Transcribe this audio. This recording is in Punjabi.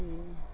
ਅਤੇ